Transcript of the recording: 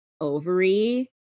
ovary